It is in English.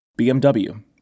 BMW